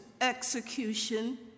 execution